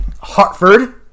Hartford